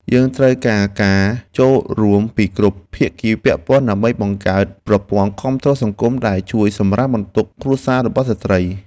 យើងត្រូវការការចូលរួមពីគ្រប់ភាគីពាក់ព័ន្ធ ដើម្បីបង្កើតប្រព័ន្ធគាំទ្រសង្គមដែលជួយសម្រាលបន្ទុកគ្រួសាររបស់ស្ត្រី។